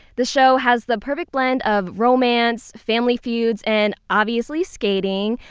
the show has the perfect blend of romance, family feuds and obviously skating.